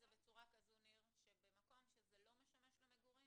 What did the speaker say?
זה בצורה כזו שבמקום שלא משמש למגורים